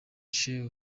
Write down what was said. chew